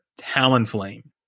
Talonflame